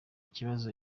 ikibazo